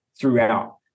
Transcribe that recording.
throughout